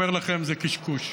אומר לכם: זה קשקוש.